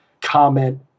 comment